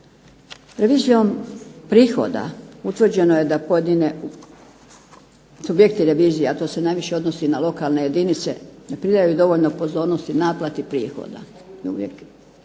Revizijom prihoda utvrđeno je da pojedini subjekti revizije, a to se najviše odnosi na lokalne jedinice, ne pridaju dovoljno pozornosti naplati prihoda.